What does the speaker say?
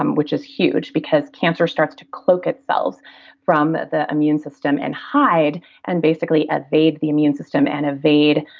um which is huge because cancer starts to cloak itself from the immune system and hide and basically evade the immune system and evade